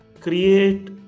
Create